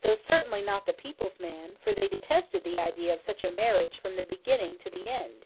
though certainly not the people's man for they detested the idea of such a marriage from the beginning to the end,